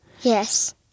Yes